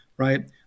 Right